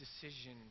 decision